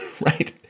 right